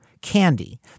Candy